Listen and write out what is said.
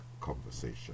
conversation